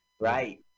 Right